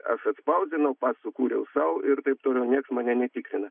aš atspausdinau pats sukūriau sau ir taip toliau niekas mane netikrina